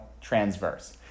transverse